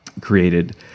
created